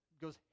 goes